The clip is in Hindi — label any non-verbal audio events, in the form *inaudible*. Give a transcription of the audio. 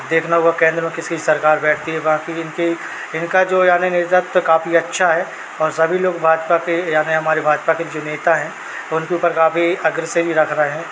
अब देखना होगा केन्द्र में किसकी सरकार बैठती है बाकी इनकी इनका जो यानी नेतृत्व काफ़ी अच्छा है और सभी लोग भाजपा के यानी हमारी भाजपा के जो नेता हैं उनके ऊपर काफ़ी *unintelligible* रख रहे हैं